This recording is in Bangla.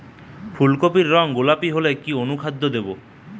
ফুল কপির রং গোলাপী হলে কি অনুখাদ্য দেবো?